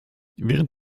während